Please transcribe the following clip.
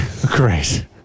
Great